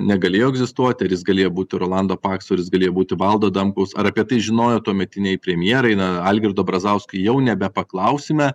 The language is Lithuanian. negalėjo egzistuoti ir jis galėjo būti rolando pakso ir jis galėjo būti valdo adamkaus ar apie tai žinojo tuometiniai premjerai na algirdo brazausko jau nebepaklausime